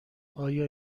آیا